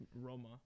Roma